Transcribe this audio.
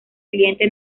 cliente